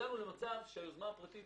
הגענו למצב שהיוזמה הפרטית